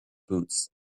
boots